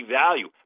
value